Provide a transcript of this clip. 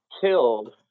killed